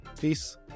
Peace